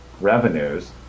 revenues